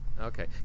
Okay